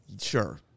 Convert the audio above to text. Sure